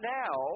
now